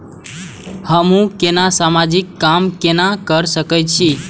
हमू केना समाजिक काम केना कर सके छी?